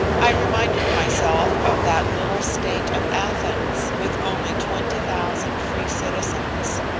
i reminded myself of that little state of athens, with only twenty thousand free citizens,